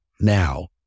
now